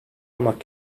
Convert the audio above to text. almak